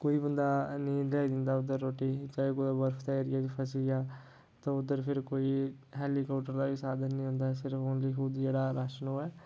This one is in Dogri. कोई बन्दा हैनी लेआई दिन्दा उद्धर रोटी चाहे कुतै बर्फ़ दे एरिया च फसी जा ते उद्धर फिर कोई हैलीकैप्टर दा साधन नी होंदा सिर्फ ओनली खुद जेह्ड़ा राशन होऐ